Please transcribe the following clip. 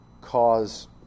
cause